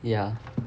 ya